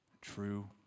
true